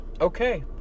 okay